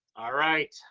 ah right,